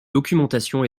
documentation